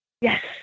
Yes